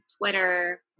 Twitter